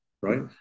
right